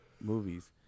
movies